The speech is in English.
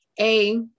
A-